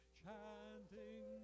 chanting